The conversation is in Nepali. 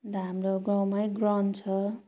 अन्त हाम्रो गाउँमै ग्रउन्ड छ